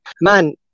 Man